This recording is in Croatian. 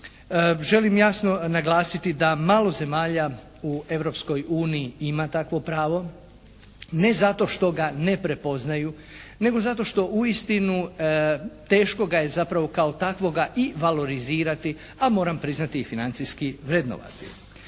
Želim jasno naglasiti da malo zemalja u Europskoj uniji ima takvo pravo ne zato što ga ne prepoznaju, nego zato što uistinu teško ga je zapravo kao takvoga i valorizirati, a moram priznati i financijski vrednovati.